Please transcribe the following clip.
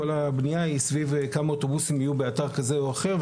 כל הבנייה היא סביב כמה אוטובוסים יהיו באתר כזה או אחר.